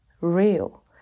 real